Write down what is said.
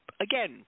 again